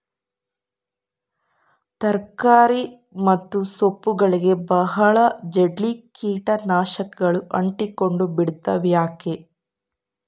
ತರಕಾರಿ ಮತ್ತು ಸೊಪ್ಪುಗಳಗೆ ಬಹಳ ಜಲ್ದಿ ಕೇಟ ನಾಶಕಗಳು ಅಂಟಿಕೊಂಡ ಬಿಡ್ತವಾ ಯಾಕೆ?